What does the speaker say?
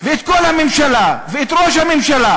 ואת כל הממשלה ואת ראש הממשלה,